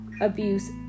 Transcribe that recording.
abuse